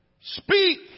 Speak